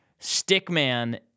Stickman